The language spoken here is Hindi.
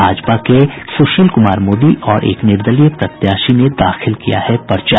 भाजपा के सुशील कुमार मोदी और एक निर्दलीय प्रत्याशी ने दाखिल किया है पर्चा